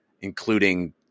including